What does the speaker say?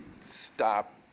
Stop